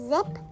Zip